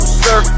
sir